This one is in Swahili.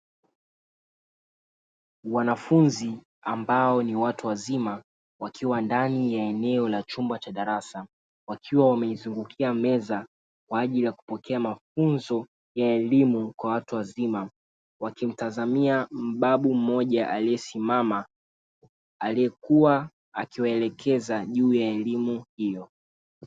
Wanafunzi ambao ni watu wazima wakiwa ndani ya eneo la chumba cha darasa wakiwa wameizungukia meza kwa ajili ya kupokea mafunzo ya elimu kwa watu wazima wakimtazamia mbabu mmoja aliyesimama aliyekuwa akiwaelekeza juu ya elimu hiyo.